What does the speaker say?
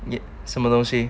你什么东西